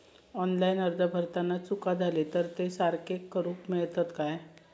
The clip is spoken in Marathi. ऑनलाइन अर्ज भरताना चुका जाले तर ते सारके करुक मेळतत काय?